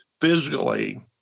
physically